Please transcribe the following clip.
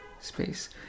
space